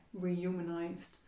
rehumanized